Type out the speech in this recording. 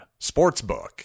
sportsbook